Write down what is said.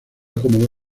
como